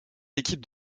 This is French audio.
équipes